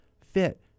fit